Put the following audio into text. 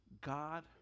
God